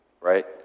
right